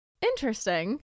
interesting